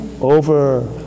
over